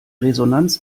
resonanz